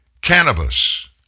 cannabis